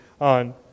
on